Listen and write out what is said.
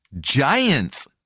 giants